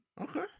Okay